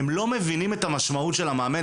הם לא מבינים את המשמעות של המנהל?